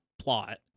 plot